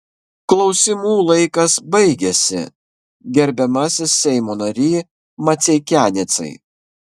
klausimų laikas baigėsi gerbiamasis seimo nary maceikianecai